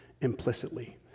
implicitly